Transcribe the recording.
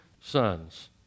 sons